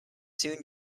soon